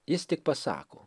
jis tik pasako